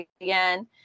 again